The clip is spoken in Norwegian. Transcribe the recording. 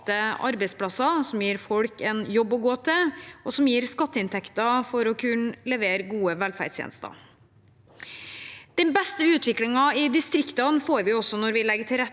arbeidsplasser som gir folk en jobb å gå til, og som gir skatteinntekter for å kunne levere gode velferdstjenester. Den beste utviklingen i distriktene får vi når vi legger til rette